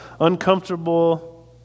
uncomfortable